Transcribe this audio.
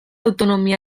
autonomia